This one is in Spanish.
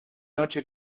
noche